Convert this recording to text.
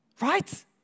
Right